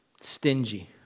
Stingy